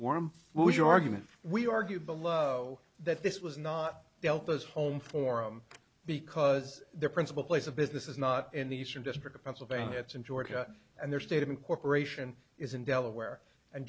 form your argument we argue below that this was not dealt as home forum because the principal place of business is not in the eastern district of pennsylvania it's in georgia and their state of incorporation is in delaware and